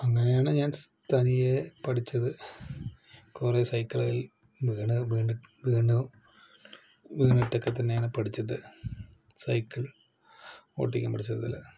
അങ്ങനെയാണ് ഞാന് തനിയെ പഠിച്ചത് കുറേ സൈക്കിളില് വീണ് വീണിട്ട് വീണു വീണിട്ടൊക്കെ തന്നെയാണ് പഠിച്ചത് സൈക്കിള് ഓടിക്കാന് പഠിച്ചതുപോലെ